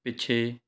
ਪਿੱਛੇ